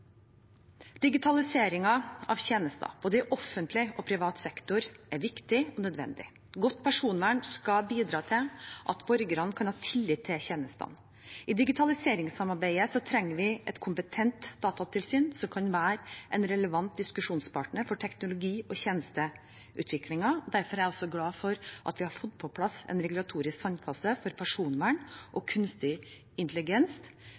privat sektor, er viktig og nødvendig. Godt personvern skal bidra til at borgerne kan ha tillit til tjenestene. I digitaliseringssamarbeidet trenger vi et kompetent datatilsyn som kan være en relevant diskusjonspartner for teknologi- og tjenesteutviklingen. Derfor er jeg glad for at vi har fått på plass en regulatorisk sandkasse for personvern og kunstig intelligens,